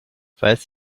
falls